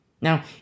Now